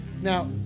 Now